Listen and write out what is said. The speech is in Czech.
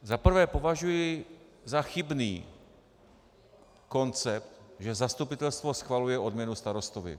Za prvé považuji za chybný koncept, že zastupitelstvo schvaluje odměnu starostovi.